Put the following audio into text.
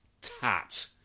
tat